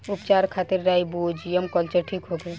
उपचार खातिर rhizobium culture ठीक होखे?